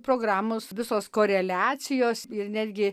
programos visos koreliacijos ir netgi